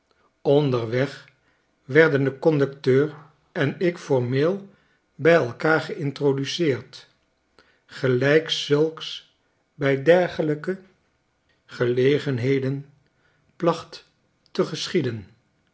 onderweg werden de conducteur en ik formeel bij elkaar ge'introduceerd gelijk zulks bij dergelijke gelegenheden plachttegeschieden waarna we